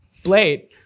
Blade